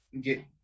get